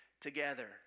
together